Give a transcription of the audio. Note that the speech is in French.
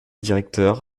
directeur